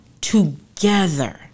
together